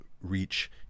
reach